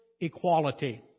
equality